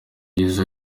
byiza